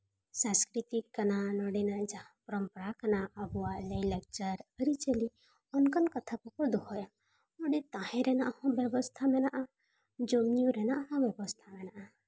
ᱥᱟᱝᱥᱠᱨᱤᱛᱤᱠ ᱠᱟᱱᱟ ᱱᱚᱰᱮᱱᱟᱜ ᱡᱟᱦᱟᱸ ᱯᱚᱨᱚᱢᱯᱚᱨᱟ ᱠᱟᱱᱟ ᱟᱵᱚᱣᱟᱜ ᱞᱟᱹᱭᱼᱞᱟᱠᱪᱟᱨ ᱟᱹᱨᱤᱼᱪᱟᱹᱞᱤ ᱚᱱᱠᱟᱱ ᱠᱟᱛᱷᱟ ᱠᱚᱠᱚ ᱫᱚᱦᱚᱭᱟ ᱚᱸᱰᱮ ᱛᱟᱦᱮᱸ ᱨᱮᱱᱟᱜ ᱦᱚᱸ ᱵᱮᱵᱚᱥᱛᱷᱟ ᱢᱮᱱᱟᱜᱼᱟ ᱡᱚᱢᱼᱧᱩ ᱨᱮᱱᱟᱜ ᱦᱚᱸ ᱵᱮᱵᱚᱥᱛᱷᱟ ᱢᱮᱱᱟᱜᱼᱟ